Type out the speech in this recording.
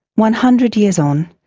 one hundred years on,